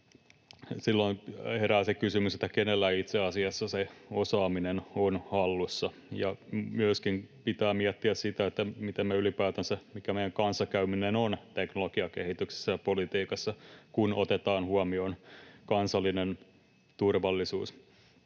silloin herää se kysymys, kenellä itse asiassa se osaaminen on hallussa. Myöskin pitää miettiä sitä, mikä ylipäätänsä meidän kanssakäyminen on teknologiakehityksessä ja politiikassa, kun otetaan huomioon kansallinen turvallisuus.